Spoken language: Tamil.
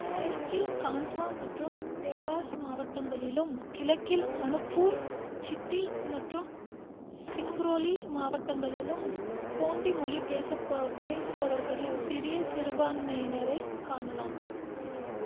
மேற்கில் காண்ட்வா மற்றும் தேவாஸ் மாவட்டங்களிலும் கிழக்கில் அனுப்பூர் சித்தி மற்றும் சிங்ரோலி மாவட்டங்களிலும் கோண்டி மொழி பேசப் பேசுபவர்களின் சிறிய சிறுபான்மையினரைக் காணலாம்